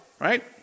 right